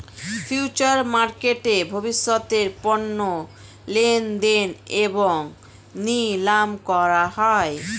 future মার্কেটে ভবিষ্যতের পণ্য লেনদেন এবং নিলাম করা হয়